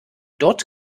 dort